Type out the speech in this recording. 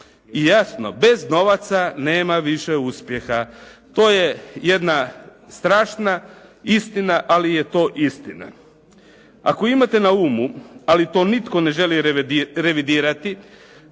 I jasno, bez novaca nema više uspjeha. To je jedna strašna istina ali je to istina. Ako imate na umu ali to nitko ne želi revidirati